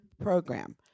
program